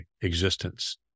existence